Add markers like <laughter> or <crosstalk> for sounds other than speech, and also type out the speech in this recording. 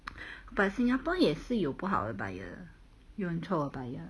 <breath> but singapore 也是有不好的 buyer 有很臭的 buyer